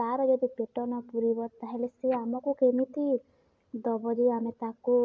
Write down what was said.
ତା'ର ଯଦି ପେଟ ନ ପୁରିବ ତା'ହେଲେ ସେ ଆମକୁ କେମିତି ଦେବ ଯେ ଆମେ ତାକୁ